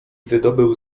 wydobył